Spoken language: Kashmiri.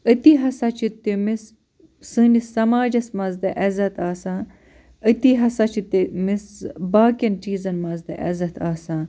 أتی ہسا چھِ تٔمِس سٲنِس سماجَس منٛز تہِ عزت آسان أتی ہسا چھِ تٔمِس باقِیَن چیٖزَن منٛز تہِ عزت آسان